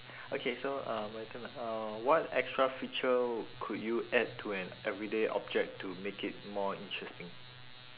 okay so uh my turn ah uh what extra feature could you add to an everyday object to make it more interesting